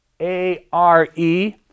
A-R-E